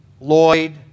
Lloyd